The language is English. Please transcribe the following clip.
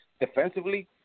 Defensively